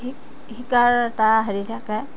শিকাৰ এটা হেৰি থাকে